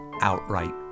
outright